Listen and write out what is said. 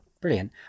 Brilliant